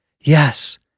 Yes